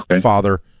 father